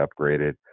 upgraded